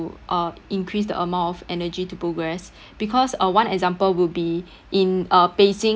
uh increase the amount of energy to progress because uh one example will be in uh beijing